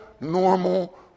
normal